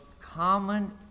common